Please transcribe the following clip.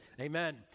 amen